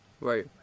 Right